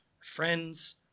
friends